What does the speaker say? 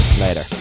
Later